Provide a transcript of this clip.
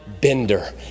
bender